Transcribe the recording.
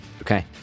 Okay